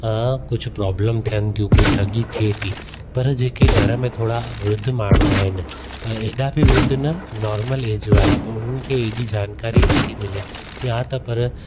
कुझु प्रोब्लम थियनि थियूं कोई ठगी थिए थी पर जेके घर में थोरा वृद्ध माण्हू आहिनि भई हेॾा बि वृद्ध न नॉर्मल एज वारा पोइ हुननि खे हेॾी जानकारी नथी मिले या त पर